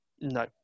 No